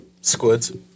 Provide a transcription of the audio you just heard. squids